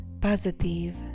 positive